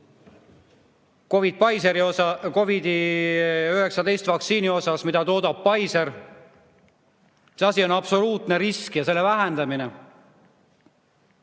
COVID‑19 vaktsiini kohta, mida toodab Pfizer: mis asi on absoluutne risk ja selle vähendamine?